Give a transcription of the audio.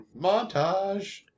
Montage